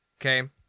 okay